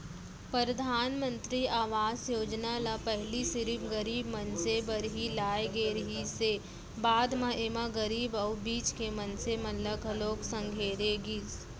परधानमंतरी आवास योजना ल पहिली सिरिफ गरीब मनसे बर ही लाए गे रिहिस हे, बाद म एमा गरीब अउ बीच के मनसे मन ल घलोक संघेरे गिस